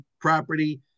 property